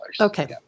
Okay